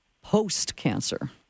post-cancer